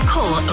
Call